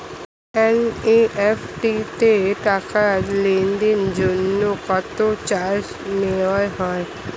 NEFT তে টাকা লেনদেনের জন্য কত চার্জ নেয়া হয়?